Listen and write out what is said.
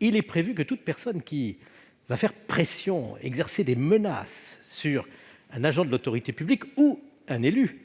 il est prévu que toute personne qui fait pression ou exerce des menaces sur un agent de l'autorité publique ou sur un élu,